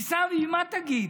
עיסאווי, מה תגיד?